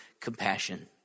compassion